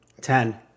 Ten